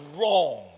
wrong